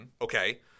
Okay